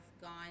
gone